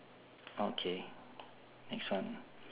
okay next one